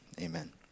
Amen